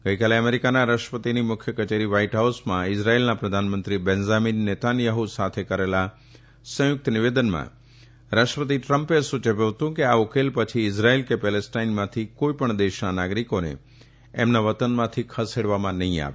ગઇકાલે અમેરીકાના રાષ્ટ્રપતિની મુખ્ય કચેરી વ્હાઇટ હાઉસમાં ઇઝરાયેલના પ્રધાનમંત્રી બેન્ઝામીન નેતાન્યાહ્ સાથે કરેલા સંયુકત નિવેદનમાં રાષ્ટ્રપતિ ટ્રમ્પે સુયવ્યું હતું કે આ ઉકેલ પછી ઇઝરાયેલ કે પેલેસ્ટાઇનમાંથી કોઇપણ દેશના નાગરીકોને તેમના વતનમાંથી ખસેડવામાં નહી આવે